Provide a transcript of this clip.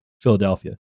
Philadelphia